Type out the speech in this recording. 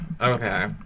Okay